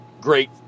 great